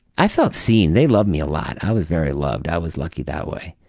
i felt seen. they loved me a lot. i was very loved. i was lucky that way.